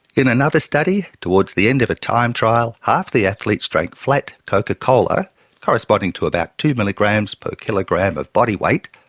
in another study, towards the end of a time trial half the athletes drank flat coca cola corresponding to about two milligrams per kilogram of body weight.